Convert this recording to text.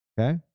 Okay